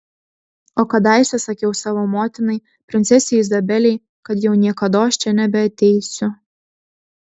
o kadaise sakiau savo motinai princesei izabelei kad jau niekados čia nebeateisiu